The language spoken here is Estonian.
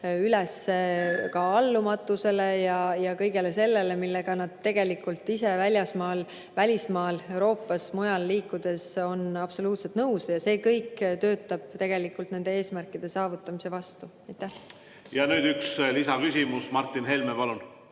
üles allumatusele ja kõigele sellele, millega nad tegelikult ise välismaal, Euroopas ja mujal liikudes on absoluutselt nõus. See kõik töötab tegelikult nende eesmärkide saavutamise vastu. Ja nüüd üks lisaküsimus. Martin Helme, palun!